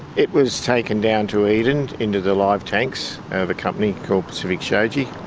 it was taken down to eden into the live tanks of a company called pacific shoji,